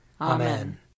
Amen